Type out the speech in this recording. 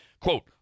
Quote